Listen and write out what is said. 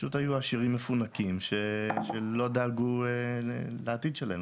פשוט היו עשירים מפונקים שלא דאגו לעתיד שלהם,